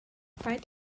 paid